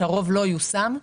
הרוב לא יושם.